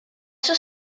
suo